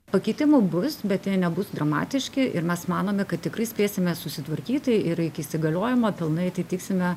pakitimų bus bet jie nebus dramatiški ir mes manome kad tikrai spėsime susitvarkyti ir iki įsigaliojimo pilnai atitiksime